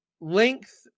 length